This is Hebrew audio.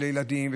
של ילדים,